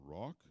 rock